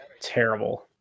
terrible